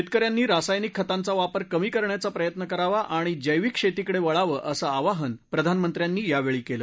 शेतकऱ्यांनी रासायनिक खतांचा वापर कमी करण्याचा प्रयत्न करावाआणि जैविक शेतीकडे वळावे असे आवाहन प्रधानमंत्री यांनी यावेळी केलं